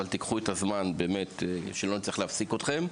אבל תיקחו את הזמן באמת שלא נצטרך להפסיק אתכם.